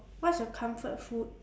what's your comfort food